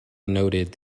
noted